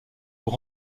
aux